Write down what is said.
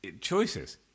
choices